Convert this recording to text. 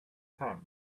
tank